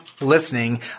listening